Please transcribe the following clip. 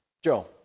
Joe